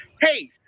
hey